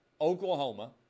Oklahoma